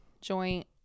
joint